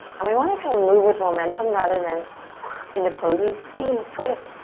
and we want to kind of move with momentum rather than into poses. squeeze, twist,